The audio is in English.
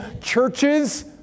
churches